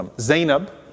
Zainab